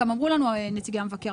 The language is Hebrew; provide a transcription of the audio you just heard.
גם אמרו לנו נציגי המבקר,